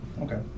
Okay